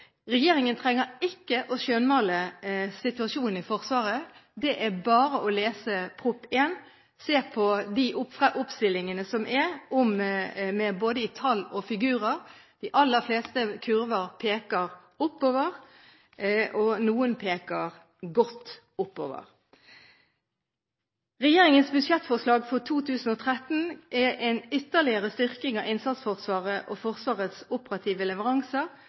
Regjeringen trenger ikke å skjønnmale situasjonen i Forsvaret. Det er bare å lese Prop. 1 S for 2012–2013 og se på oppstillingene som er der, både i tall og i figurer. De aller fleste kurver peker oppover – og noen peker godt oppover. Regjeringens budsjettforslag for 2013 er en ytterligere styrking av innsatsforsvar og Forsvarets operative leveranser